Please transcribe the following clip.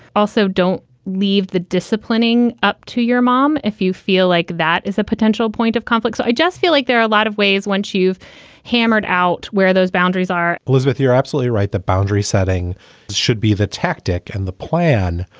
also, don't leave the disciplining up to your mom if you feel like that is a potential point of conflicts. i just feel like there are a lot of ways once you've hammered out where those boundaries are elizabeth, you're absolutely right. the boundary setting should be the tactic and the plan.